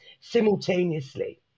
simultaneously